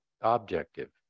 objective